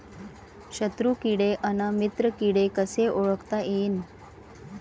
शत्रु किडे अन मित्र किडे कसे ओळखता येईन?